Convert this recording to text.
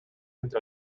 entre